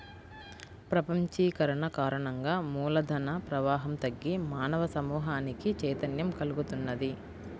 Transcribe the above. ప్రపంచీకరణ కారణంగా మూల ధన ప్రవాహం తగ్గి మానవ సమూహానికి చైతన్యం కల్గుతున్నది